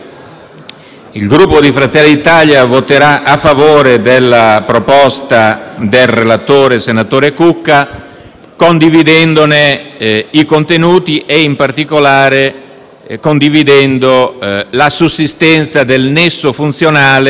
il Gruppo Fratelli d'Italia voterà a favore della proposta del relatore, senatore Cucca, condividendone i contenuti e, in particolare, la sussistenza del nesso funzionale